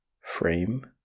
frame